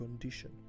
condition